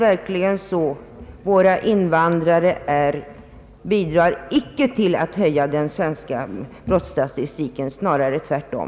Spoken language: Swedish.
Våra invandrare bidrar icke till att höja den svenska brottsstatistiken, snarare tvärtom.